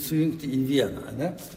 sujungti į vieną ane